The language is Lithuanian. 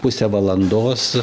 pusę valandos